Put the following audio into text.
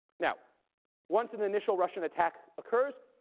now once an initial russian attack occurs,